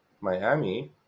Miami